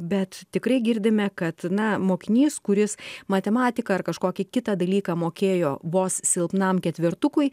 bet tikrai girdime kad na mokinys kuris matematiką ar kažkokį kitą dalyką mokėjo vos silpnam ketvertukui